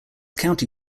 county